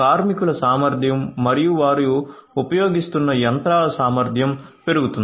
కార్మికుల సామర్థ్యం మరియు వారు ఉపయోగిస్తున్న యంత్రాల సామర్థ్యం పెరుగుతుంది